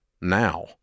now